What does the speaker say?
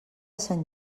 sant